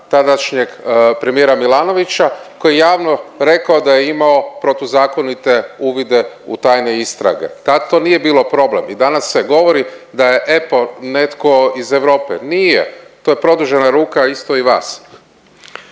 tadašnjeg premijera Milanovića koji je javno rekao da je imao protuzakonite uvide u tajne istrage. Tad to nije bilo problem i danas se govori da je EPPO netko iz Europe. Nije, to je produžena ruka isto i vas.